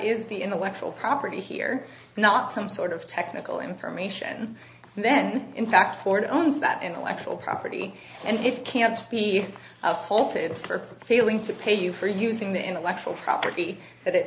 is the intellectual property here not some sort of technical information then in fact ford owns that intellectual property and it can't be faulted for failing to pay you for using the intellectual property that it